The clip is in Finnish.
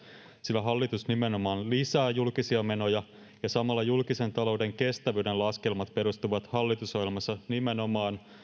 sillä hallitus nimenomaan lisää julkisia menoja ja samalla julkisen talouden kestävyyden laskelmat perustuvat hallitusohjelmassa nimenomaan